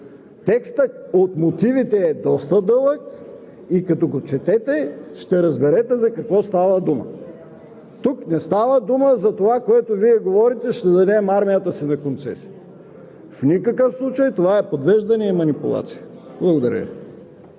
Текстът от мотивите е доста дълъг и като го четете, ще разберете за какво става дума. Тук не става дума за това, което Вие говорите: ще дадем армията си на концесия. В никакъв случай! Това е подвеждане и манипулация. Благодаря